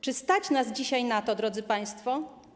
Czy stać nas dzisiaj na to, drodzy państwo?